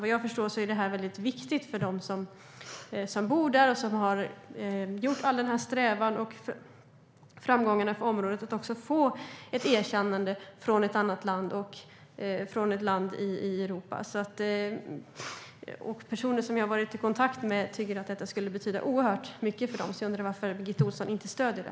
Vad jag förstår är det väldigt viktigt för dem som bor där och har deltagit i strävan efter framgångar för området att få ett erkännande från ett annat land - och från ett land i Europa. Personer jag har varit i kontakt med säger att det skulle betyda oerhört mycket för dem. Jag undrar varför Birgitta Ohlsson inte stöder det?